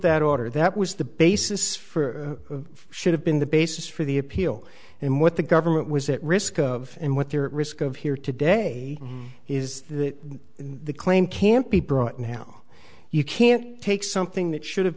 that order that was the basis for should have been the basis for the appeal and what the government was at risk of and what their risk of here today is the claim can't be brought now you can't take something that should have